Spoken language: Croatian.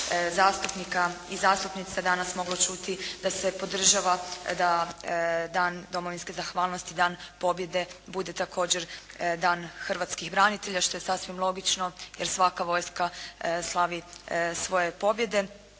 zastupnika i zastupnica danas moglo čuti da se podržava da Dan domovinske zahvalnosti, Dan pobjede bude također Dan hrvatskih branitelja što je sasvim logično jer svaka vojska slavi svoje pobjede.